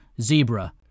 Zebra